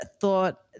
thought